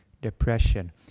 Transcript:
depression